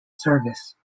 service